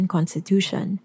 Constitution